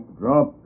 drop